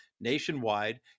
nationwide